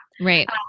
Right